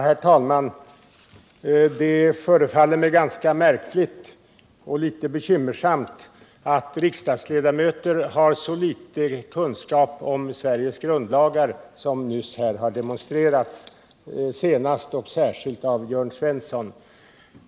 Herr talman! Det förefaller mig vara ganska märkligt och även litet bekymmersamt att riksdagsledamöter har så liten kunskap om Sveriges grundlagar som nyss har demonstrerats här, senast och särskilt av Jörn Svensson.